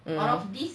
hmm